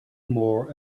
more